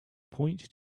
point